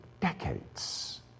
decades